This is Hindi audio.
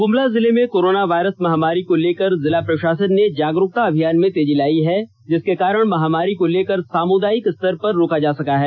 ग्मला जिले में कोरोना वायरस महामारी को लेकर जिला प्रषासन ने जागरूकता अभियान में तेजी लायी है जिसके कारण महामारी को लेकर सामुदायिक स्तर पर रोका जा सका है